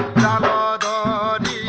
da da